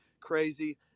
crazy